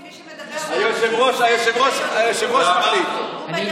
כי מי שמדבר מהכיסא היושב-ראש מחליט.